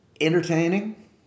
entertaining